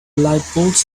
lightbulbs